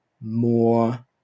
more